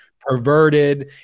perverted